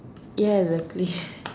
ya exactly